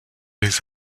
les